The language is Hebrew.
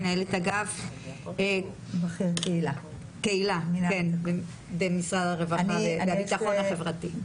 מנהלת אגף בכיר קהילה במשרד הרווחה והביטחון החברתי.